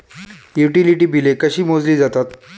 Utility बिले कशी मोजली जातात?